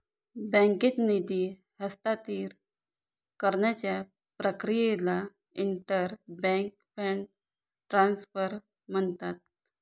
बँकेत निधी हस्तांतरित करण्याच्या प्रक्रियेला इंटर बँक फंड ट्रान्सफर म्हणतात